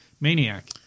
Maniac